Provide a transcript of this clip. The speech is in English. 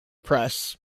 press